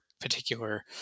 particular